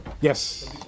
Yes